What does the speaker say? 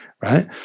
right